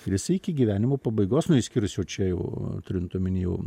ir jisai iki gyvenimo pabaigos nu išskyrus jau čia jau turint omeny jau